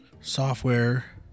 software